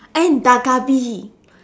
and ddalk-galbi